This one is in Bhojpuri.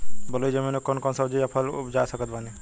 बलुई जमीन मे कौन कौन सब्जी या फल उपजा सकत बानी?